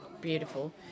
Beautiful